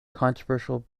controversial